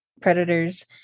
predators